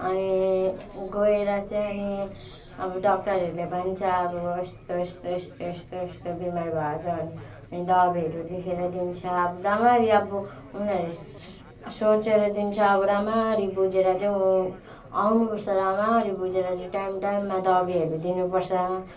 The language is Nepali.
अनि गएर चाहिँ अनि अब डक्टरहरूले भन्छ अब यस्तो यस्तो यस्तो यस्तो यस्तो बिमार भएछ अनि दबाईहरू लेखेर दिन्छ अब राम्ररी अब उनीहरू सोचेर दिन्छ अब राम्ररी बुझेर चाहिँ आउनुपर्छ राम्ररी बुझेर चाहिँ टाइम टाइममा दबाईहरू दिनुपर्छ